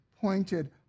pointed